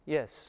Yes